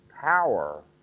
power